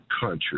country